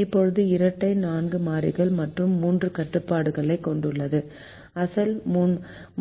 இப்போது இரட்டை 4 மாறிகள் மற்றும் 3 கட்டுப்பாடுகளைக் கொண்டுள்ளது அசல்